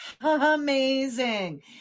Amazing